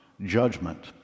judgment